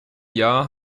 jahr